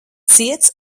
ciets